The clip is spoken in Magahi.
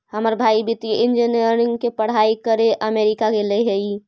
हमर भाई वित्तीय इंजीनियरिंग के पढ़ाई करे अमेरिका गेले हइ